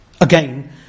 Again